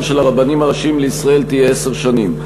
של הרבנים הראשיים לישראל תהיה עשר שנים.